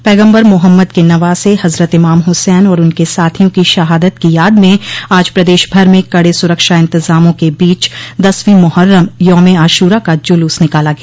पैगंबर मुहम्मद के नवासे हजरत इमाम हुसैन और उनके साथियों की शहादत की याद में आज प्रदेश भर में कड़े सुरक्षा इंतजामों के बीच दसवीं माहर्रम यौम ए आशूरा का जुलूस निकाला गया